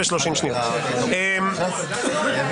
סליחה שאני אומר.